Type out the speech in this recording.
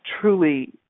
truly